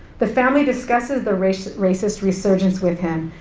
the family discusses the racist racist resurgence with him,